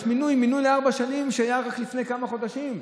יש מינוי לארבע שנים שהיה רק לפני כמה חודשים,